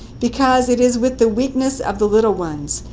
because it is with the weakness of the little ones,